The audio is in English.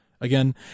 Again